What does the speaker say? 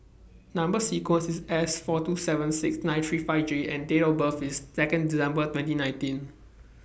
Number sequence IS S four two seven six nine three five J and Date of birth IS Second December twenty nineteen